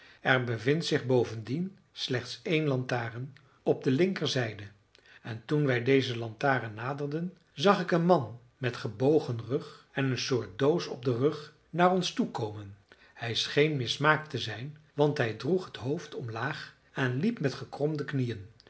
er bevindt zich bovendien slechts één lantaarn op de linkerzijde en toen wij deze lantaarn naderden zag ik een man met gebogen rug en een soort doos op den rug naar ons toe komen hij scheen mismaakt te zijn want hij droeg het hoofd omlaag en liep met gekromde knieën